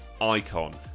icon